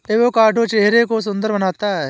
avocado चेहरे को सुंदर बनाता है